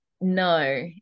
no